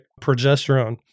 progesterone